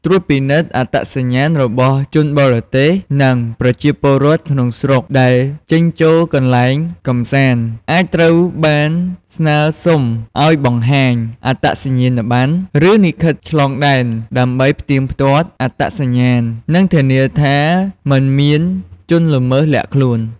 ត្រួតពិនិត្យអត្តសញ្ញាណ របស់ជនបរទេស និងប្រជាពលរដ្ឋក្នុងស្រុក ដែលចេញចូលកន្លែងកម្សាន្ត អាចត្រូវបានស្នើសុំឲ្យបង្ហាញ អត្តសញ្ញាណប័ណ្ណ ឬលិខិតឆ្លងដែន ដើម្បីផ្ទៀងផ្ទាត់អត្តសញ្ញាណ និងធានាថាមិនមានជនល្មើសលាក់ខ្លួន។